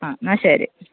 ആ എന്നാൽ ശരി